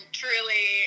truly